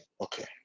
Okay